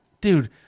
dude